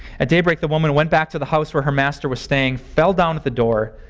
at daybreak the woman went back to the house where her master was staying, fell down at the door